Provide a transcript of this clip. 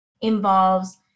involves